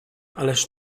ależ